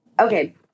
Okay